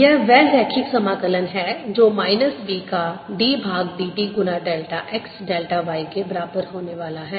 यह वह रैखिक समाकलन है जो माइनस B का d भाग dt गुना डेल्टा x डेल्टा y के बराबर होने वाला है